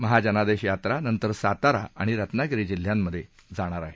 महाजनादेश यात्रा नंतर सातारा आणि रत्नागिरी जिल्ह्यात जाणार आहे